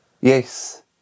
yes